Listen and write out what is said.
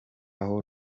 aho